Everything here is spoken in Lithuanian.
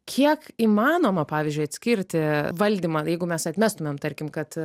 kiek įmanoma pavyzdžiui atskirti valdymą jeigu mes atmestumėm tarkim kad